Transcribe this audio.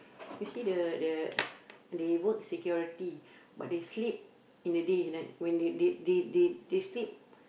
you see the the they work security but they sleep in the day and night when they they they they sleep